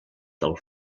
del